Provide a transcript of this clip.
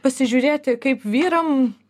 pasižiūrėti kaip vyram